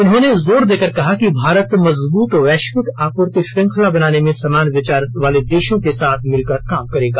उन्होंने जोर देकर कहा कि भारत मजबूत वैश्विक आपूर्ति श्रृंखला बनाने में समान विचार वाले देशों के साथ मिलकर काम करेगा